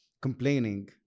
complaining